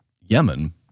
Yemen